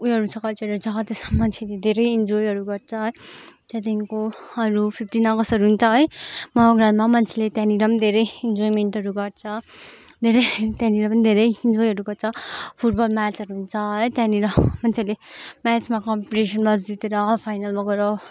उयोहरू कल्चरहरू छ त्यसमा मान्छेले धेरै इन्जोयहरू गर्छ त्यहाँदेखिको अरू फिफ्टिन अगस्तहरू हुन्छ है मान्छेले त्यहाँनिर धेरै इन्जोइमेन्टहरू गर्छ धेरै त्यहाँनिर पनि धेरै इन्जोयहरू गर्छ फुटबल म्याचहरू हुन्छ है त्यहाँनिर मान्छेहरूले मेचमा कम्पिटिसनमा जितेर फाइनलमा गएर